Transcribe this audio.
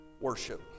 Worship